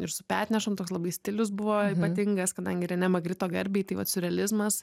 ir su petnešom toks labai stilius buvo ypatingas kadangi rene magrito garbei taip vat siurrealizmas